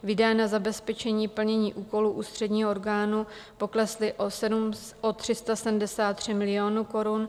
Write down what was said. Výdaje na zabezpečení plnění úkolů ústředního orgánu poklesly o 373 milionů korun.